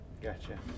gotcha